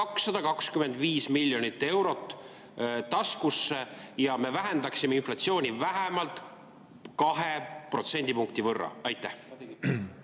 225 miljonit eurot taskusse ja me vähendaksime inflatsiooni vähemalt 2% võrra? Tint